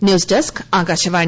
news desk Akashvani